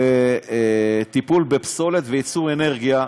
לטיפול בפסולת וייצור אנרגיה,